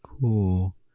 cool